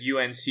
UNC